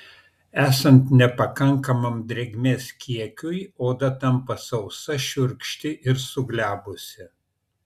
esant nepakankamam drėgmės kiekiui oda tampa sausa šiurkšti ir suglebusi